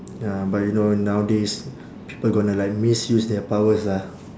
ya but you know nowadays people gonna like misuse their powers ah